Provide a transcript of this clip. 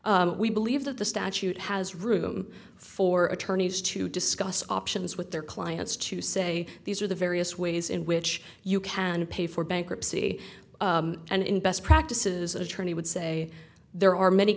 we believe that the statute has room for attorneys to discuss options with their clients to say these are the various ways in which you can pay for bankruptcy and best practices attorney would say there are many